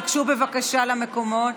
תיגשו בבקשה למקומות.